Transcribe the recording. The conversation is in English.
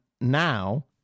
now